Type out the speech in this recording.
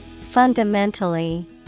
Fundamentally